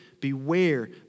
Beware